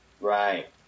Right